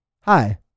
hi